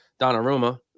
Donnarumma